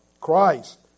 Christ